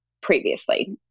previously